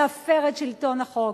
להפר את שלטון החוק.